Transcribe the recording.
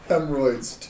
Hemorrhoids